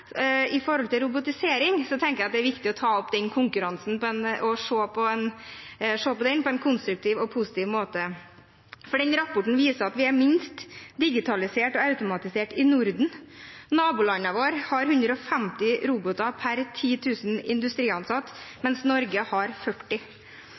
robotisering, tenker jeg at det er viktig å ta opp den konkurransen og se den på en konstruktiv og positiv måte. Den rapporten viser at vi er minst digitalisert og automatisert i Norden. Nabolandene våre har 150 roboter per 10 000 industriansatt,